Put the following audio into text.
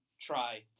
try